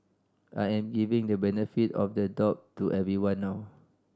I am giving the benefit of the doubt to everyone now